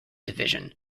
division